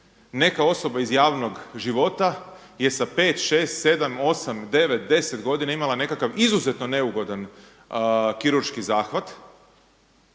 neka osoba iz javnog života je sa 5, 6, 7, 8, 9, 10 godina imala nekakav izuzetno neugodan kirurški zahvat